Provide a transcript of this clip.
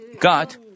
God